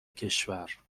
کشور